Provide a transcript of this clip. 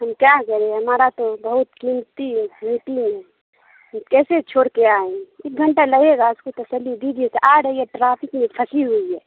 ہم کیا کریں ہمارا تو بہت قیمتی میٹنگ ہے کیسے چھور کے آئیں ایک گھنٹہ لگے گا اس کو تسلی دیجیے کہ آ رہی ہے ٹریفک میں پھسی ہوئی ہے